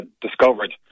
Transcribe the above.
discovered